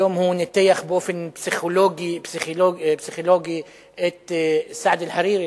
היום הוא ניתח באופן פסיכולוגי את סעד אל-חרירי,